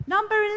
Number